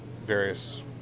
various